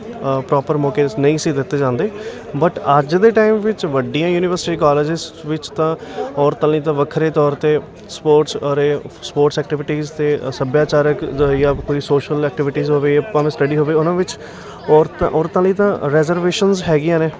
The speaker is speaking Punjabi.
ਪ੍ਰੋਪਰ ਮੌਕੇ ਨਹੀਂ ਸੀ ਦਿੱਤੇ ਜਾਂਦੇ ਬਟ ਅੱਜ ਦੇ ਟਾਈਮ ਵਿੱਚ ਵੱਡੀਆਂ ਯੂਨੀਵਰਸਿਟੀ ਕੋਲਜਿਸ ਵਿੱਚ ਤਾਂ ਔਰਤਾਂ ਲਈ ਤਾਂ ਵੱਖਰੇ ਤੌਰ 'ਤੇ ਸਪੋਰਟਸ ਔਰ ਇਹ ਸਪੋਰਟਸ ਐਕਟੀਵਿਟੀਜ ਅਤੇ ਸੱਭਿਆਚਾਰਕ ਜਾਂ ਜਾਂ ਕੋਈ ਸੋਸ਼ਲ ਐਕਟੀਵਿਟੀਜ਼ ਹੋਵੇ ਭਾਵੇਂ ਸਟੱਡੀ ਹੋਵੇ ਉਹਨਾਂ ਵਿੱਚ ਔਰਤਾਂ ਔਰਤਾਂ ਲਈ ਤਾਂ ਰੈਜਰਵੇਸ਼ਨਸ ਹੈਗੀਆਂ ਨੇ